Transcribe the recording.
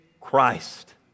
Christ